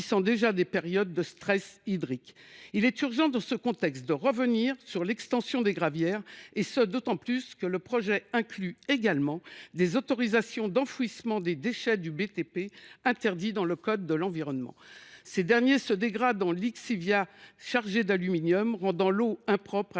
déjà des périodes de stress hydrique. Il est urgent, dans ce contexte, de revenir sur l’extension des gravières, d’autant plus que le projet inclut également des autorisations d’enfouissement des déchets du BTP malgré l’interdiction figurant dans le code de l’environnement. Ces déchets se dégradent en lixiviats chargés d’aluminium, rendant l’eau impropre à la